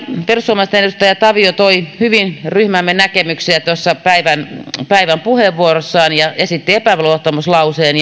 perussuomalaisten edustaja tavio toi hyvin ryhmämme näkemyksiä tuossa päivän päivän puheenvuorossaan ja esitti epäluottamuslauseen